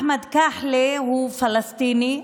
אחמד כחלה הוא פלסטיני,